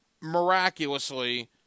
miraculously